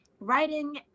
writing